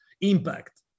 impact